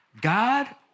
God